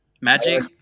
Magic